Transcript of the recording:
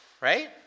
right